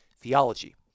theology